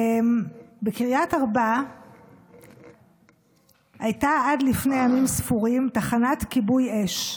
בקריית ארבע הייתה עד לפני ימים ספורים תחנת כיבוי אש.